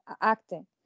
acting